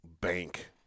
bank